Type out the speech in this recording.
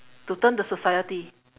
to turn to society